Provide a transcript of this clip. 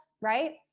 right